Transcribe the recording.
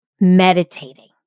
meditating